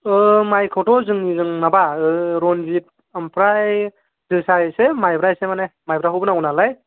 ओ मायखौथ' जों जों माबा ओ रनजिट ओमफ्राय जोसा एसे मायब्रा एसे माने मायब्राखौबो नांगौ नालाय